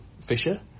Fisher